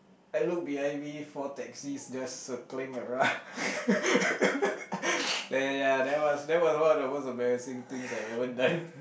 I look behind me four taxis just circling around then ya that was that was one of the most embarrassing things I've ever done